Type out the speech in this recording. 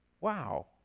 Wow